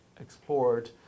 explored